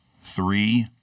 three